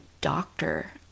doctor